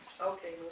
Okay